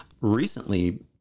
recently